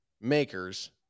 makers